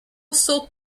saute